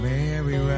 Mary